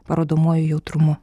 parodomuoju jautrumu